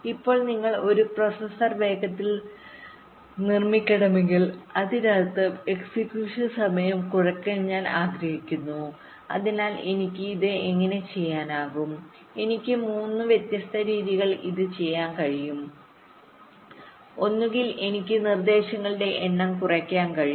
ഇപ്പോൾ എനിക്ക് ഒരു പ്രോസസർ വേഗത്തിൽ നിർമ്മിക്കണമെങ്കിൽ അതിനർത്ഥം എക്സിക്യൂഷൻ സമയം കുറയ്ക്കാൻ ഞാൻ ആഗ്രഹിക്കുന്നു അതിനാൽ എനിക്ക് ഇത് എങ്ങനെ ചെയ്യാനാകും എനിക്ക് മൂന്ന് വ്യത്യസ്ത രീതികളിൽ ഇത് ചെയ്യാൻ കഴിയും ഒന്നുകിൽ എനിക്ക് നിർദ്ദേശങ്ങളുടെ എണ്ണം കുറയ്ക്കാൻ കഴിയും